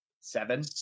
seven